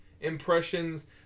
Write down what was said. impressions